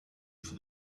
for